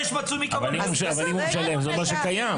אבל אם הוא משלם, זה אומר שקיים.